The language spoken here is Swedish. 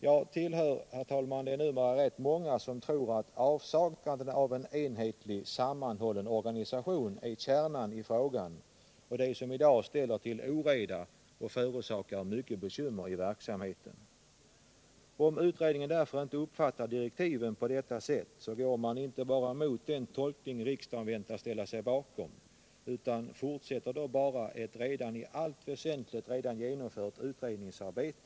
Jag tillhör, herr talman, de numera rätt många som tror att avsaknaden av en enhetlig sammanhållen organisation är kärnan i frågan och det som i dag ställer till oreda och förorsakar mycket bekymmer i verksamheten. Om utredningen därför inte uppfattar direktiven på detta sätt går den inte bara mot den tolkning riksdagen väntas ställa sig bakom utan fortsätter också ett i allt väsentligt redan genomfört utredningsarbete.